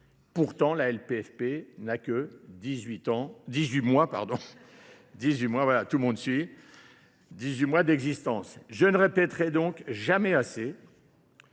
Pourtant, la LPFP n'a que 18 mois d'existence. Je ne répéterai donc jamais assez